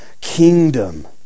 kingdom